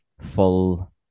full